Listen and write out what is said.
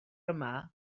yma